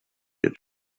had